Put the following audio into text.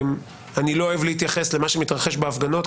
אני לא אוהב להתייחס למה שמתרחש בהפגנות,